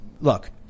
look